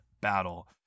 battle